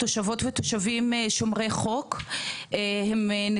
תושבות ותושבים שהם שומרי חוק,